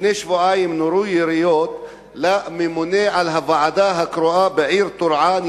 לפני שבועיים נורו יריות על הממונה על הוועדה הקרואה בטורעאן,